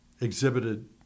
exhibited